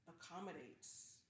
accommodates